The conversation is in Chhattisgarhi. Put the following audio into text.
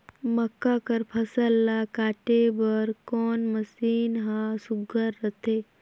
मक्का कर फसल ला काटे बर कोन मशीन ह सुघ्घर रथे?